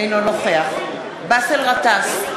אינו נוכח באסל גטאס,